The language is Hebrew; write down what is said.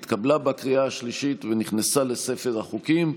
התקבלה בקריאה השלישית ונכנסה לספר החוקים.